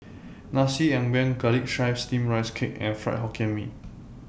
Nasi Ambeng Garlic Chives Steamed Rice Cake and Fried Hokkien Mee